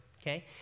Okay